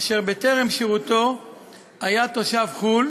אשר בטרם שירותו היה תושב חו"ל